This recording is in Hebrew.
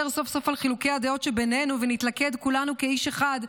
סוף-סוף על חילוקי הדעות שבינינו ונתלכד כולנו כאיש אחד,